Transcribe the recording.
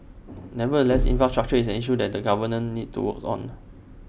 nevertheless infrastructure is an issue that the government needs to work on